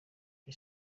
the